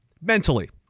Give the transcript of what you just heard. mentally